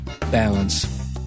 balance